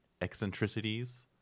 Eccentricities